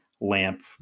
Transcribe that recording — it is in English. lamp